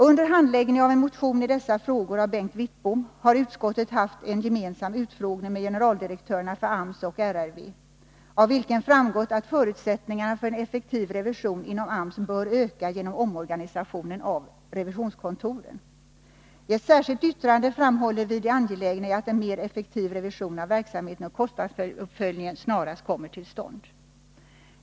Under handläggningen av en motion i dessa frågor av Bengt Wittbom har utskottet haft en gemensam utfrågning med generaldirektörerna för AMS och RRV, av vilken framgått att förutsättningarna för en effektiv revision inom AMS bör öka genom omorganisationen av revisionskontoren. I ett särskilt yttrande framhåller vi det angelägna i att en mer effektiv revision av verksamheten och kostnadsuppföljning snarast kommer till stånd.